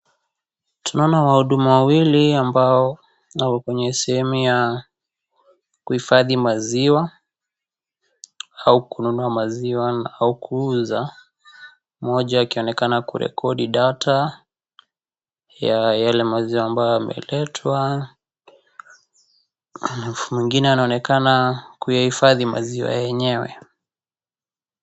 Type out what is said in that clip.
Tunaona wahudumu wawili ambao wako kwenye sehemu ya kuhifadhi maziwa, au kununua maziwa au kuuza, mmoja akionekana kurekodi data ya yale maziwa ambayo yameletwa, alafu mwingine anaonekana kuyahifadhi maziwa yenyewe.